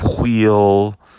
Wheel